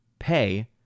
Pay